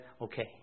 Okay